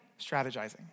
strategizing